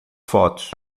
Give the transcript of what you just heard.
fotos